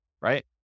right